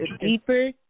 Deeper